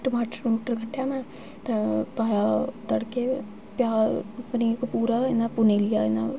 टमाटर टमूटर कट्टने ते पाया तड़के बिच प्या पनीर पूरा गै इ'यां भुन्नी लेआ